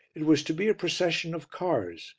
it was to be a procession of cars,